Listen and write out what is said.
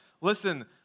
Listen